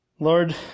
Lord